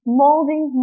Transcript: molding